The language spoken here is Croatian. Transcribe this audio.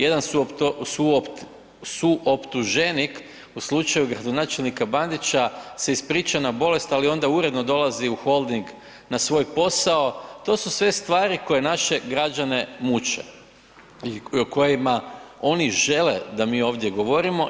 Jedan suoptuženik u slučaju gradonačelnika Bandića se ispričao na bolest, ali onda uredno dolazi u Holding na svoj posao, to su sve stvari koje naše građane muče i o kojima oni žele da mi ovdje govorimo.